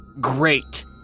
great